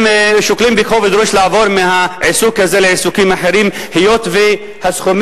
הם שוקלים בכובד ראש לעבור מהעיסוק הזה לעיסוקים אחרים היות שהסכומים,